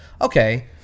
okay